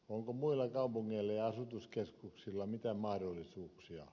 onko muilla kaupungeilla ja asutuskeskuksilla mitään mahdollisuuksia